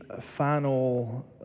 final